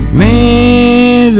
man